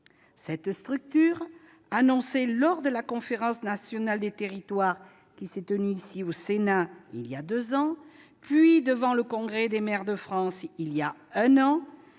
a été annoncée lors de la Conférence nationale des territoires qui s'est tenue au Sénat il y a deux ans, puis devant le Congrès des maires de France voilà un an,